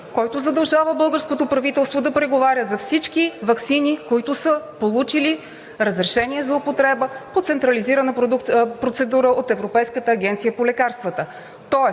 който задължава българското правителство да преговаря за всички ваксини, които са получили разрешение за употреба по централизирана процедура от Европейската агенция по лекарствата.